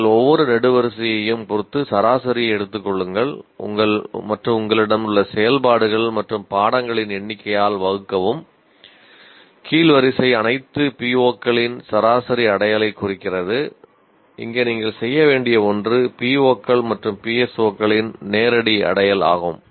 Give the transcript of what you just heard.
நீங்கள் ஒவ்வொரு நெடுவரிசையையும் பொறுத்து சராசரியை எடுத்துக் கொள்ளுங்கள் மற்றும் உங்களிடம் உள்ள செயல்பாடுகள் மற்றும் பாடங்களின் எண்ணிக்கையால் வகுக்கவும் கீழ் வரிசை அனைத்து PO களின் சராசரி அடையலைக் குறிக்கிறது இங்கே நீங்கள் செய்ய வேண்டிய ஒன்று POக்கள் மற்றும் PSOக்களின் நேரடி அடையல் ஆகும்